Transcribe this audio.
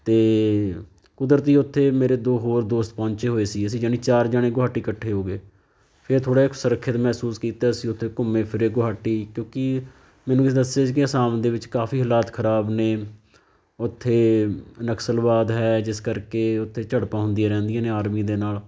ਅਤੇ ਕੁਦਰਤੀ ਉੱਥੇ ਮੇਰੇ ਦੋ ਹੋਰ ਦੋਸਤ ਪਹੁੰਚੇ ਹੋਏ ਸੀ ਅਸੀਂ ਜਾਣੀ ਚਾਰ ਜਾਣੇ ਗੁਹਾਟੀ ਇਕੱਠੇ ਹੋ ਗਏ ਫਿਰ ਥੋੜ੍ਹਾ ਜਿਹਾ ਸੁਰੱਖਿਅਤ ਮਹਿਸੂਸ ਕੀਤਾ ਅਸੀਂ ਉੱਥੇ ਘੁੰਮੇ ਫਿਰੇ ਗੁਹਾਟੀ ਕਿਉਂਕਿ ਮੈਨੂੰ ਕਿਸੇ ਨੇ ਦੱਸਿਆ ਸੀ ਕਿ ਆਸਾਮ ਦੇ ਵਿੱਚ ਕਾਫੀ ਹਾਲਾਤ ਖਰਾਬ ਨੇ ਉੱਥੇ ਨਕਸਲਵਾਦ ਹੈ ਜਿਸ ਕਰਕੇ ਉੱਥੇ ਝੜਪਾਂ ਹੁੰਦੀਆਂ ਰਹਿੰਦੀਆਂ ਨੇ ਆਰਮੀ ਦੇ ਨਾਲ